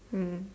mm